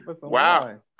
Wow